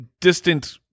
distant